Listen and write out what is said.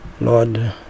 Lord